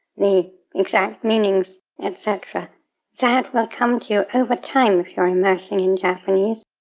the exact meanings, etc that will come to you over time if you're immersing in japanese.